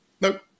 Nope